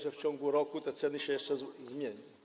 że w ciągu roku te ceny się jeszcze zmienią.